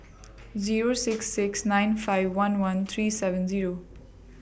Zero six six nine five one one three seven Zero